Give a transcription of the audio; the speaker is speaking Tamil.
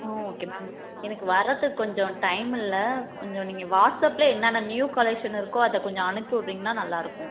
ம் ஓகே மேம் எனக்கு வரத்துக்கு கொஞ்சம் டைம் இல்லை கொஞ்சம் நீங்கள் வாட்ஸ்அப்பிலே என்னென்ன நியூ கலெக்ஷன் இருக்கோ அதை கொஞ்சம் அனுப்பிவிட்டீங்கனா நல்லாயிருக்கும்